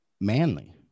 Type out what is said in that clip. manly